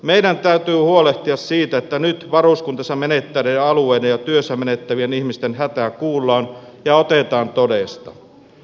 meidän täytyy huolehtia siitä että nyt varuskuntansa menettäneiden alueiden ja työnsä menettävien ihmisten hätä kuullaan ja otetaan todesta